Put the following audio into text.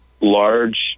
large